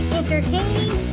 entertaining